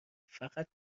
فقط